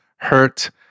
hurt